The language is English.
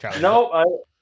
Nope